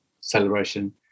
celebration